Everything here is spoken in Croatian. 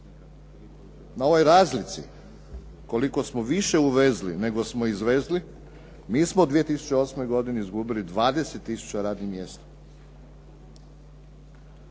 na ovoj razlici koliko smo više uvezli nego smo izvezli, mi smo u 2008. godini izgubili 20 tisuća radnih mjesta.